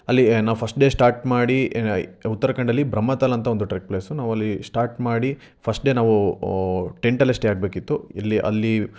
ಅಲ್ಲಿ ನಾವು first day start ಮಾಡಿ ಉತ್ತರಾಖಂಡಲ್ಲಿ ಬ್ರಹ್ಮತಾಲ್ ಅಂತ ಒಂದು ಟ್ರಕ್ ಪ್ಲೇಸು ನಾವಲ್ಲಿ ಸ್ಟಾರ್ಟ್ ಮಾಡಿ ಫಸ್ಟ್ ಡೇ ನಾವು ಟೆಂಟಲ್ಲೇ ಸ್ಟೇ ಆಗಬೇಕಿತ್ತು ಎಲ್ಲಿ ಅಲ್ಲಿ